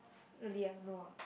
really ah no ah